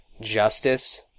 justice